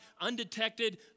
undetected